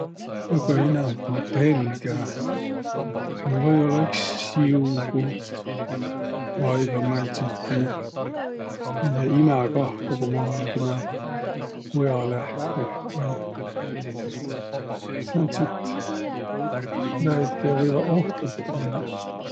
Kõgõ inämb ma pelgä no või-ollaq iks siugu vai ka määntsitki, ma'i tiiäq, imäkahru, ku ma olõ timä puja lähküh vai. Sääntsit, naid, kiä võivaq ohtliguq ollaq.